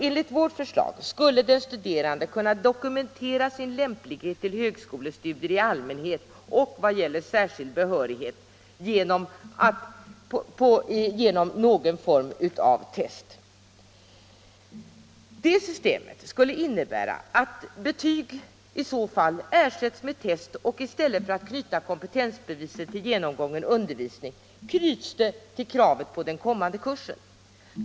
Enligt vårt förslag skulle den studerande kunna dokumentera sin lämplighet för högskolestudier i allmänhet och vad gäller särskild behörighet genom någon form av test. Det systemet skulle innebära att betyg i så fall ersattes med test. I stället för att knyta kompetensbeviset till genomgången undervisning knyts det till det krav på kunskaper som den kommande kursen ställer.